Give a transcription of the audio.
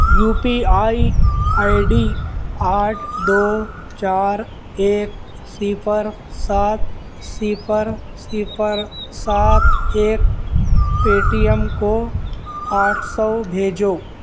you P I I D آٹھ دو چار ایک صفر سات صفر صفر سات ایک پے ٹی ایم کو آٹھ سو بھیجو